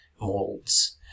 molds